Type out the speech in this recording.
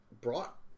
brought